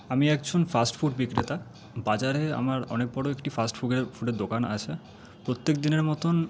আমি একজন fast food বিক্রেতা বাজারে আমার অনেক বড়ো একটি ফাস্ট ফুডের দোকান আছে প্রত্যেক দিনের মতন